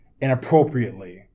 inappropriately